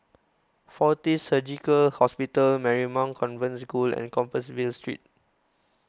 Fortis Surgical Hospital Marymount Convent School and Compassvale Street